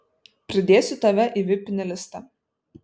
pridėsiu tave į vipinį listą